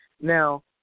Now